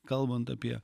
kalbant apie